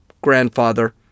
grandfather